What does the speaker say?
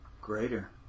greater